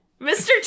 Mr